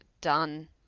done